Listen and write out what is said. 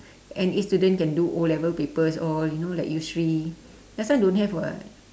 N_A student can do O-level papers all you know like yusri last time don't have [what]